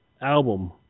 album